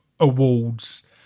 awards